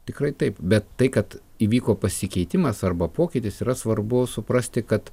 tikrai taip bet tai kad įvyko pasikeitimas arba pokytis yra svarbu suprasti kad